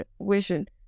vision